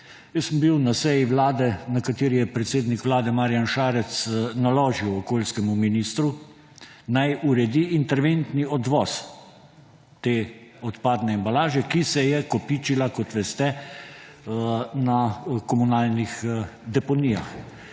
Jaz sem bil na seji Vlade, na kateri je predsednik Vlade Marjan Šarec naložil okoljskemu ministru, naj uredi interventni odvoz te odpadne embalaže, ki se je kopičila, kot veste, na komunalnih deponijah.